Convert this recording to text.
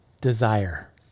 desire